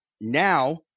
Now